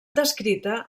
descrita